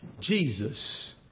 Jesus